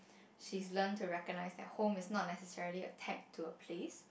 she's learn to recognize that home is not necessarily a tag to a place